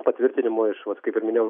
patvirtinimo iš vat kaip ir minėjau